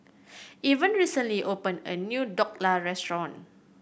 Evan recently opened a new Dhokla Restaurant